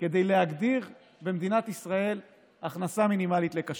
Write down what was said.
כדי להגדיר במדינת ישראל הכנסה מינימלית לקשיש.